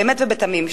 באמת ובתמים,